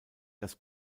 dass